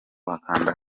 wakanda